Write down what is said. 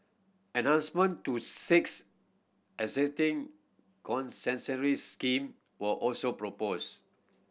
enhancement to six existing scheme were also proposed